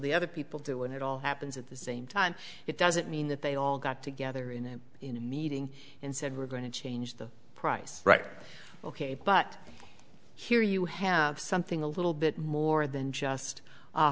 the other people do it all happens at the same time it doesn't mean that they all got together in a in a meeting and said we're going to change the price right ok but here you have something a little bit more than just a